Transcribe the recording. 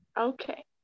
Okay